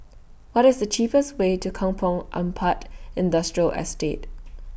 What IS The cheapest Way to Kampong Ampat Industrial Estate